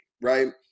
right